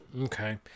Okay